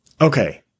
Okay